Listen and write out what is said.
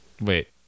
Wait